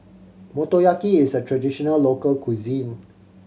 motoyaki is a traditional local cuisine